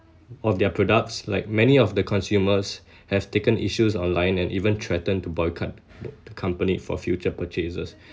of their products like many of the consumers have taken issues online and even threatened to boycott the company for future purchases